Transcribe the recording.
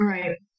Right